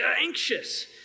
anxious